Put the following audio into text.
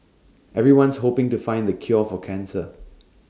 everyone's hoping to find the cure for cancer